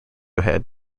head